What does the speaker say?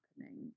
happening